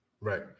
Right